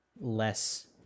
less